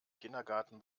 kindergarten